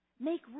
make